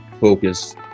focus